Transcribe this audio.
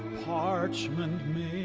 parchment